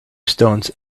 stones